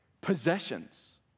possessions